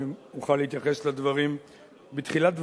אני אוכל להתייחס לדברים בתחילת דברי.